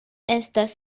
estas